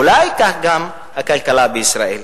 אולי כך גם הכלכלה בישראל.